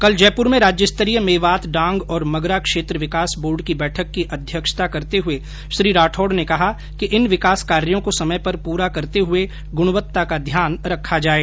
कल जयपूर में राज्य स्तरीय मेवात डांग और मगरा क्षेत्र विकास बोर्ड की बैठक की अध्यक्षता करते हुए श्री राठौड ने कहा कि इन विकास कार्यो को समय पर पूरा करते हुए गुणवत्ता का ध्यान रखा जाये